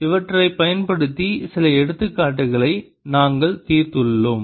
இவற்றைப் பயன்படுத்தி சில எடுத்துக்காட்டுகளை நாங்கள் தீர்த்துள்ளோம்